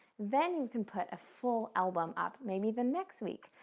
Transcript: then you can put a full album up, maybe the next week,